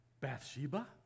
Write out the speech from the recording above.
Bathsheba